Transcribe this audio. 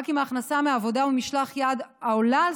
רק אם ההכנסה מעבודה או ממשלח יד עולה על